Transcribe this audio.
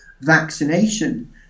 vaccination